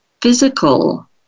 physical